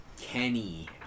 Kenny